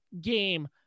game